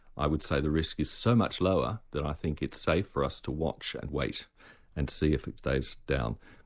i would say the risk is so much lower then i think it's safe for us to watch and wait and see if it stays down.